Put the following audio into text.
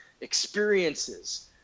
experiences